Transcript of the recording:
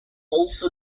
also